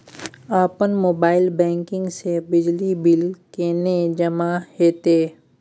अपन mobile banking से बिजली बिल केने जमा हेते?